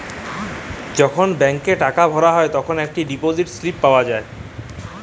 যখল ব্যাংকে টাকা ভরা হ্যায় তখল ইকট ডিপজিট ইস্লিপি পাঁই